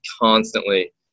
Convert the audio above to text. constantly